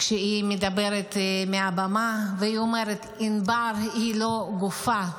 כשהיא מדברת מהבמה, והיא אומרת: ענבר היא לא גופה,